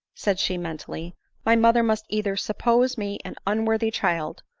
said she mentally my mother must either suppose me an unworthy child,